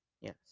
Yes